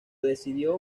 decidió